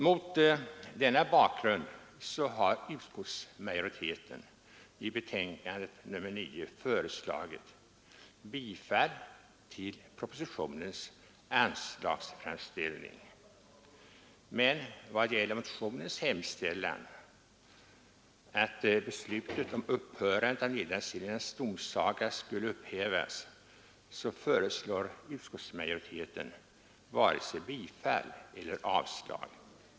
Mot denna bakgrund har utskottsmajoriteten i betänkandet nr 9 föreslagit bifall till propositionens anslagsframställning. Men vad gäller motionens hemställan — att beslutet om upphörande av Nedansiljans domsaga skulle upphävas — föreslår utskottsmajoriteten varken bifall eller avslag.